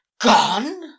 Gone